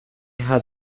had